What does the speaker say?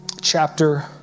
chapter